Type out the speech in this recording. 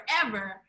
forever